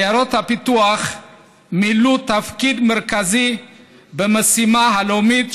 עיירות הפיתוח מילאו תפקיד מרכזי במשימה הלאומית